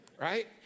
Right